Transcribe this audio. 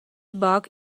bug